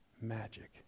magic